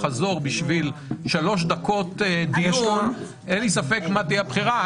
חזור בשביל שלוש דקות דיון אין לי ספק מה תהיה הבחירה.